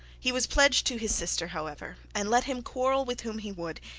he was pledged to his sister, however, and let him quarrel with whom he would,